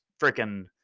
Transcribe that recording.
freaking